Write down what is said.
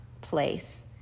place